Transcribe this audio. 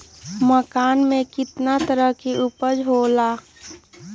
मक्का के कितना तरह के उपज हो ला?